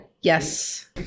Yes